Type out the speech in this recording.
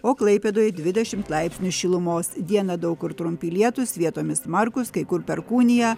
o klaipėdoje dvidešimt laipsnių šilumos dieną daug kur trumpi lietūs vietomis smarkūs kai kur perkūnija